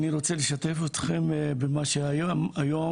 אני רוצה לשתף אתכם במה שהיה לי היום,